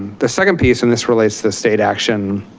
the second piece and this relates to state action